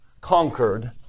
conquered